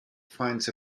finds